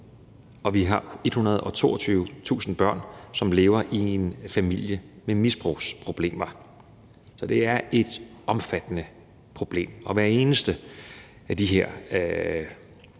og vi har 122.000 børn, som lever i en familie med misbrugsproblemer. Så det er et omfattende problem, og hver eneste af de her